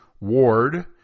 Ward